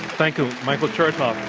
thank you, michael chertoff.